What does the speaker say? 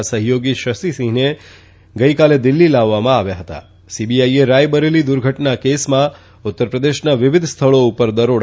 ા સહયોગી શશીસિંહને ગઈકાલે દિલ્હી લાવવામાં આવ્યા હતાસીબીઆઈએ રાયબરેલી દુર્ઘટના કેસમાં ઉત્તરપ્રદેશના વિવિધ સ્થળો ઉપર દરોડા